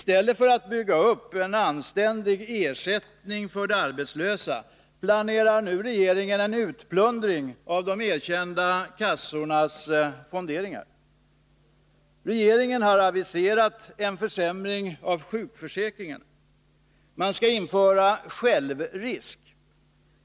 Istället för att bygga upp en anständig ersättning för de arbetslösa planerar man en utplundring av de erkända kassornas fonder. Regeringen har aviserat en försämring av sjukförsäkringarna. Man skall införa självrisk.